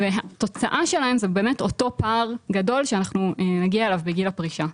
והתוצאה שלהם זה באמת אותו פער גדול שאנחנו נגיע אליו בגיל הפרישה.